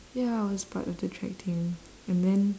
ya I was part of the track team and then